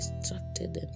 distracted